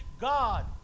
God